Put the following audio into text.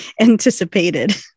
anticipated